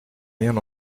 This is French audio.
rien